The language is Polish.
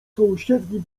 sąsiednim